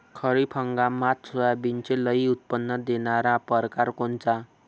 खरीप हंगामात सोयाबीनचे लई उत्पन्न देणारा परकार कोनचा?